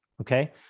Okay